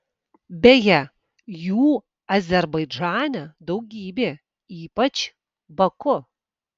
beje jų azerbaidžane daugybė ypač baku